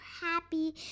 happy